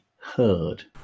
heard